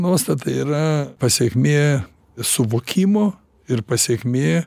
nuostata yra pasekmė suvokimo ir pasekmė